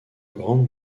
grandes